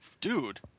Dude